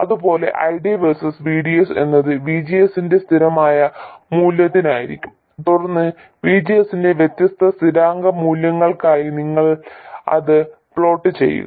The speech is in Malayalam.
അതുപോലെ ID വേഴ്സസ് VDS എന്നത് VGS ന്റെ സ്ഥിരമായ മൂല്യത്തിനായിരിക്കും തുടർന്ന് VGS ന്റെ വ്യത്യസ്ത സ്ഥിരാങ്ക മൂല്യങ്ങൾക്കായി നിങ്ങൾ അത് പ്ലോട്ട് ചെയ്യുക